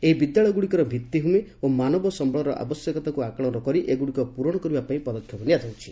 ଏହି ବିଦ୍ୟାଳୟଗୁଡିକର ଭିଭିମି ଓ ମାନବ ସମ୍ୟଳର ଆବଶ୍ୟକତାକୁ ଆକଳନ କରି ଏଗୁଡିକୁ ପ୍ ରଣ କରିବାପାଇଁ ପଦକ୍ଷେପ ନିଆଯାଉଛି